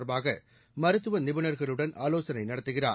தொட்பாக மருத்துவ நிபுண்களுடன் ஆலோசனை நடத்துகிறார்